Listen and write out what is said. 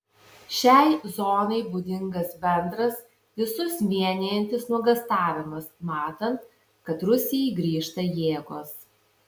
šiai zonai būdingas bendras visus vienijantis nuogąstavimas matant kad rusijai grįžta jėgos